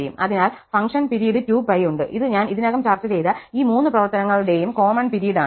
അതിനാൽ ഫംഗ്ഷന് പിരീഡ് 2π ഉണ്ട് ഇത് ഞാൻ ഇതിനകം ചർച്ച ചെയ്ത ഈ മൂന്ന് പ്രവർത്തനങ്ങളുടെയും കോമൺ പിരീഡാണ്